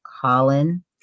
Colin